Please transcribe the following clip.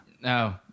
No